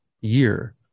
year